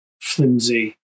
flimsy